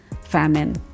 famine